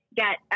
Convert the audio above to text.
get